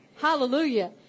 Hallelujah